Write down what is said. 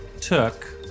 took